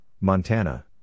Montana